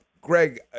Greg